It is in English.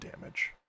damage